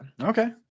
Okay